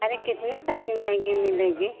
अरे कितने तक की महँगी मिलेगी